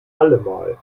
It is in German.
allemal